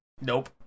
Nope